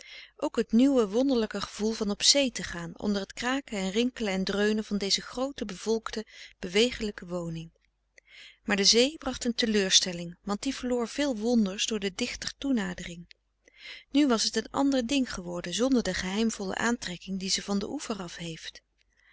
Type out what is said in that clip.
ook het nieuwe wonderlijke gevoel van op zee te gaan onder het kraken en rinkelen en dreunen van deze groote bevolkte bewegelijke woning maar de zee bracht een teleurstelling want die verloor frederik van eeden van de koele meren des doods veel wonders door de dichter toenadering nu was het een ander ding geworden zonder de geheimvolle aantrekking die ze van den oever af heeft